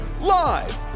live